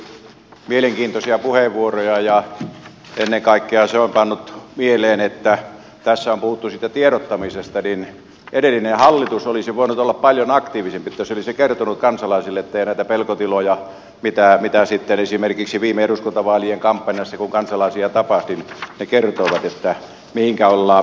täällä on käytetty mielenkiintoisia puheenvuoroja ja ennen kaikkea se on tullut mieleen kun tässä on puhuttu siitä tiedottamisesta että edellinen hallitus olisi voinut olla paljon aktiivisempi siinä että se olisi kertonut kansalaisille mihinkä ollaan menossa ettei olisi tullut näitä pelkotiloja mistä esimerkiksi viime eduskuntavaalien kampanjassa kun kansalaisia tapasin he kertoivat